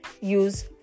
use